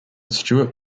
stewart